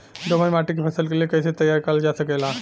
दोमट माटी के फसल के लिए कैसे तैयार करल जा सकेला?